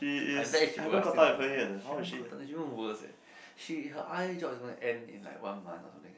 I bet she should procrastinating a lot she won't gotten it even worse eh it she her r_a is going to end in like one month or something like that